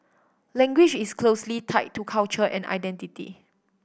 language is closely tied to culture and identity